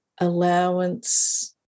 allowance